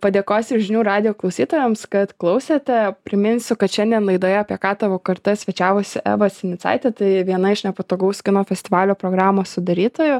padėkosiu ir žinių radijo klausytojams kad klausėte priminsiu kad šiandien laidoje apie ką tavo karta svečiavosi eva sinicaitė tai viena iš nepatogaus kino festivalio programos sudarytojų